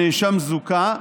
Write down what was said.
הנאשם זוכה,